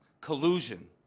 collusion